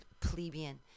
plebeian